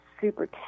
super